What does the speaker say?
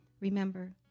Remember